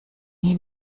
ihn